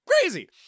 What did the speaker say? crazy